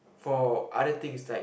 for other things like